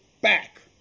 back